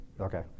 Okay